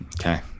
Okay